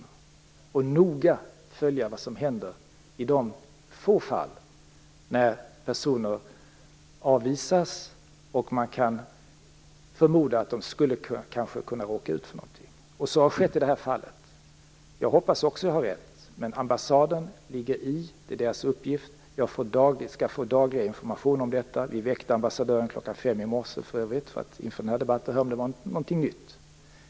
De skall noga följa vad som händer i de få fall då personer avvisas och man kan förmoda att de kanske skulle kunna råka ut för någonting. Så har skett i det här fallet. Jag hoppas också att jag har rätt. Men ambassaden ligger i. Det är deras uppgift. Jag skall få daglig information om detta. Vi väckte för övrigt ambassadören klockan fem i morse inför den här debatten för att höra om det hänt någonting nytt.